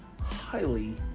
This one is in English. highly